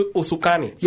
usukani